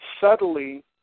subtly